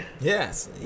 yes